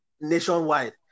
nationwide